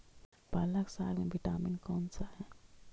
पालक साग में विटामिन कौन सा है?